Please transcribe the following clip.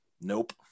nope